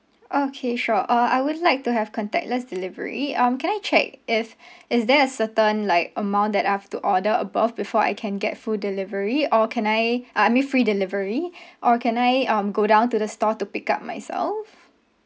okay sure uh I would like to have contactless delivery um can I check if is there a certain like amount that I've to order above before I can get food delivery or can I uh I mean free delivery or can I um go down to the store to pick up myself